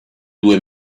due